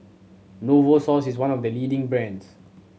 Novosource is one of the leading brands